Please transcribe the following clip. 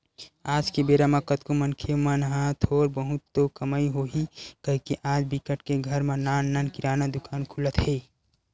आज के बेरा म कतको मनखे मन ह थोर बहुत तो कमई होही कहिके आज बिकट के घर म नान नान किराना दुकान खुलत हे